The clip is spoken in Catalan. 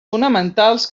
fonamentals